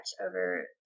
over